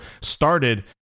started